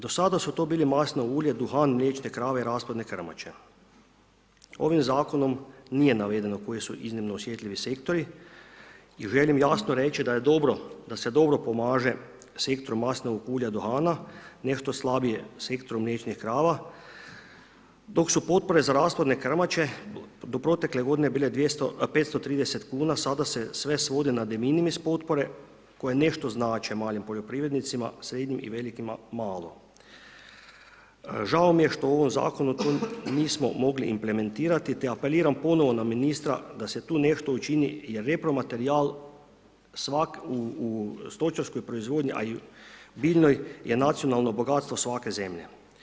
Do sada su to bili masno ulje, duhan, mliječne krave i rasplodne krmače, ovim zakonom nije navedeno koji su iznimno osjetljivi sektori i želim jasno reći da je dobro, da se dobro pomaže sektor maslinovog ulja, duhana, nešto slabije sektor mliječnih krava, dok su potpore za rasplodne krmače do protekle godine bile 200 530 kuna, sada se sve svodi na deminimis potpore koje nešto znače malim poljoprivrednicima, srednjim i velikima malo, žao mi je što u ovom zakonu tu nismo mogli implementirati te apeliram ponovo na ministra da se tu nešto učini jer repromaterijal svak u stočarskoj proizvodnji, a i biljnoj je nacionalno bogatstvo svake zemlje.